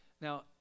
Now